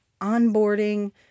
onboarding